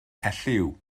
elliw